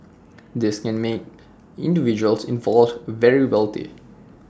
this can make individuals involved very wealthy